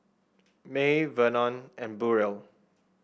May Vernon and Burrel